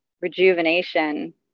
rejuvenation